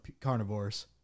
carnivores